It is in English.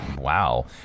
Wow